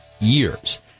years